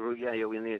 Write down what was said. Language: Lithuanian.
ruja jau jinai